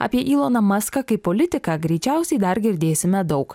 apie yloną maska kaip politiką greičiausiai dar girdėsime daug